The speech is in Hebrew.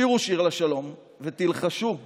שירו שיר לשלום ותלחשו תפילה.